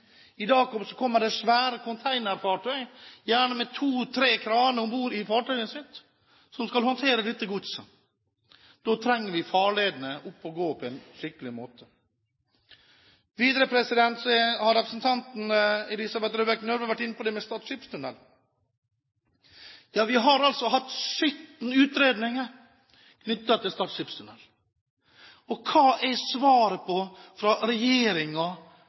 dette godset. Da trenger vi at farledene er oppe å gå på en skikkelig måte. Videre har representanten Elisabeth Røbekk Nørve vært inne på det med Stad skipstunnel. Ja, vi har hatt 17 utredninger knyttet til Stad skipstunnel. Og hva var svaret fra